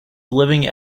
living